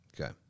Okay